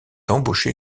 embauché